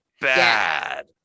bad